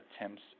attempts